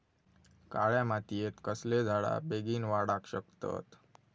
काळ्या मातयेत कसले झाडा बेगीन वाडाक शकतत?